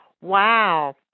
Wow